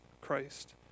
Christ